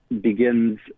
begins